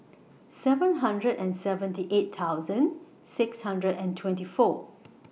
seven hundred and seventy eight thousand six hundred and twenty four